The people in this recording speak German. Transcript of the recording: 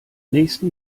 nächsten